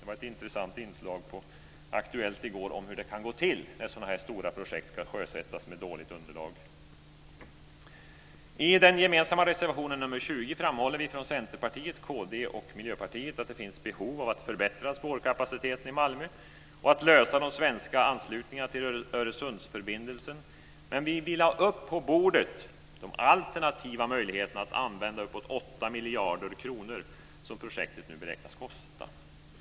Det var ett intressant inslag på Aktuellt i går om hur det kan gå till när så här stora projekt ska sjösättas med dåligt underlag. I den gemensamma reservationen nr 20 framhåller vi från Centerpartiet, kd och Miljöpartiet att det finns behov av att förbättra spårkapaciteten i Malmö och lösa de svenska anslutningarna till Öresundsförbindelsen. Men vi vill ha upp på bordet de alternativa möjligheterna att använda de uppåt 8 miljarder kronor som projektet nu beräknas kosta.